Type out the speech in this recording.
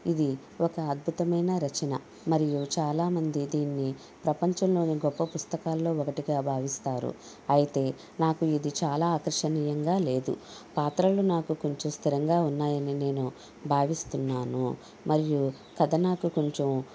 ఇది ఒక అద్భుతమైన రచన మరియు చాలా మంది దీన్ని ప్రపంచంలోని గొప్ప పుస్తకాలలో ఒకటిగా భావిస్తారు అయితే నాకు ఇది చాలా ఆకర్షణీయంగా లేదు పాత్రలు నాకు కొంచెం స్థిరంగా ఉన్నాయని నేను భావిస్తున్నాను మరియు కథ నాకు కొంచెం